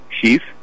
chief